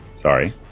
Sorry